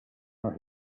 are